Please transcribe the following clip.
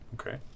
Okay